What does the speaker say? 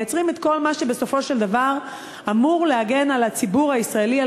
מייצרים את כל מה שבסופו של דבר אמור להגן על הציבור הישראלי,